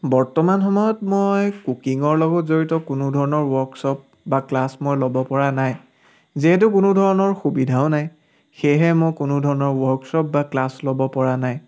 বৰ্তমান সময়ত মই কুকিঙৰ লগত জড়িত কোনো ধৰণৰ ৱৰ্কশ্বপ বা ক্লাছ মই ল'ব পৰা নাই যিহেতু কোনোধৰণৰ সুবিধাও নাই সেয়েহে মই কোনোধৰণৰ ৱৰ্কশ্বপ বা ক্লাছ ল'ব পৰা নাই